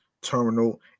terminal